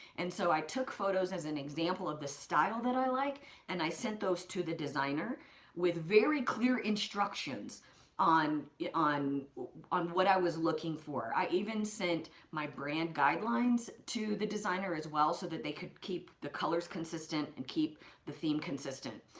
and so i took photos as an example of the style that i liked like and i sent those to the designer with very clear instructions on yeah on what i was looking for. i even sent my brand guidelines to the designer as well so that they could keep the colors consistent and keep the theme consistent.